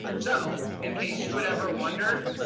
so, in case you had ever wondered,